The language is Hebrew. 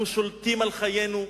אנחנו שולטים על חיינו,